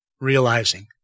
realizing